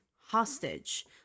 hostage